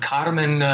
Carmen